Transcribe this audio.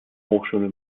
hochschule